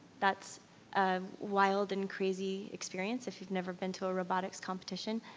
that's a wild and crazy experience. if you've never been to a robotics competition,